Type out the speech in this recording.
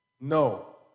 No